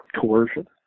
coercion